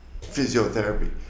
physiotherapy